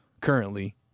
currently